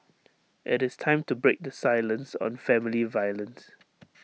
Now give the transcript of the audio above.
IT is time to break the silence on family violence